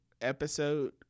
episode